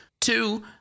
Two